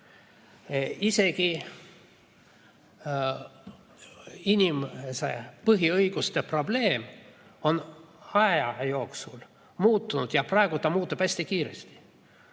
Isegi inimese põhiõiguste probleem on aja jooksul muutunud ja praegu ta muutub hästi kiiresti. Ma